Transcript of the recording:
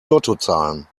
lottozahlen